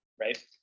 right